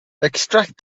extract